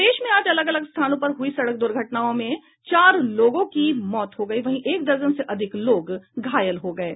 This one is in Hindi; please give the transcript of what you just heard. प्रदेश में आज अलग अलग स्थानों पर हुई सडक दुर्घटनाओं में चार लोगों की मौत हो गई वहीं एक दर्जन से अधिक लोग घायल हो गये